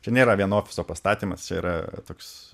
čia nėra vien ofiso pastatymas čia yra toks